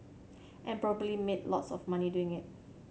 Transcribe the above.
and probably made lots of money doing it